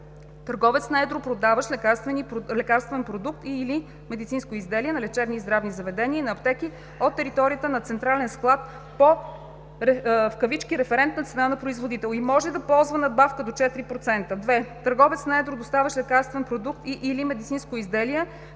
търговец на едро, продаващ лекарствен продукт и/или медицинско изделие, на лечебни и здравни заведения, и на аптеки от територията на централен склад, по „Референтна цена на производител“, може да ползва надбавка до 4 %; 2. търговец на едро, доставящ лекарствен продукт и/или медицинско изделие,